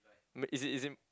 m~ is it is it